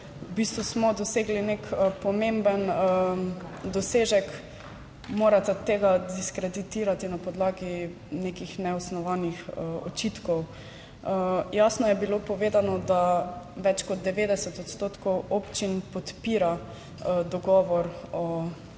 v bistvu smo dosegli nek pomemben dosežek, morata tega diskreditirati na podlagi nekih neosnovanih očitkov. Jasno je bilo povedano, da več kot 90 odstotkov občin podpira dogovor o